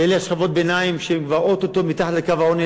לאלה משכבות הביניים שהם כבר או-טו-טו מתחת לקו העוני,